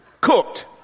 cooked